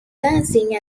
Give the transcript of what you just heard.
lancing